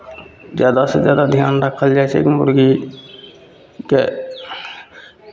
जादासँ जादा धियान राखल जाइ छै मुरगी के